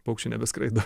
paukščiai nebeskraido